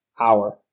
hour